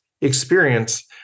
experience